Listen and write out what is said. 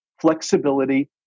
flexibility